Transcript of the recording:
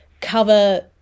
cover